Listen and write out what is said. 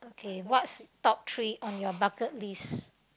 okay what's top three on your bucket list